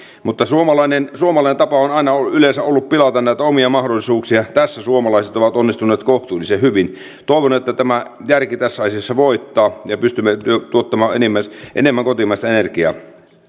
mutta suomalainen suomalainen tapa on aina yleensä ollut pilata näitä omia mahdollisuuksia tässä suomalaiset ovat onnistuneet kohtuullisen hyvin toivon että järki tässä asiassa voittaa ja pystymme tuottamaan enemmän kotimaista energiaa